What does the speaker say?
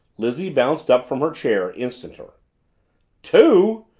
lizzie bounced up from her chair, instanter. two?